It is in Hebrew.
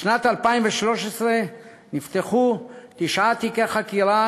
בשנת 2013 נפתחו תשעה תיקי חקירה,